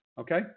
Okay